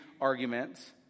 Arguments